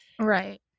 Right